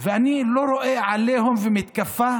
ואני רואה עליהום ומתקפה